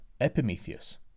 Epimetheus